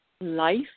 life